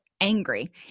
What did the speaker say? angry